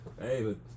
Hey